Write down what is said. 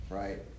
right